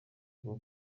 bwo